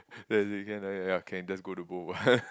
then I say can you just go to good one